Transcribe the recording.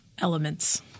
elements